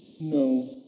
No